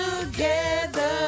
together